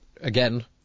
again